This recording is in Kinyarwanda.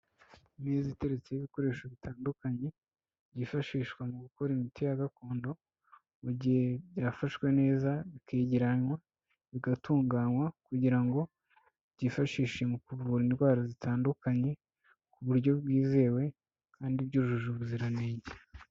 Imeza iteretseho ibikoresho bitandukanye byifashishwa mu gukora imiti ya gakondo mu gihe byafashwe neza, bikegeranywa, bigatunganywa kugira ngo byifashishe mu kuvura indwara zitandukanye, mu buryo bwizewe kandi byujuje ubuziranenge.